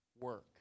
work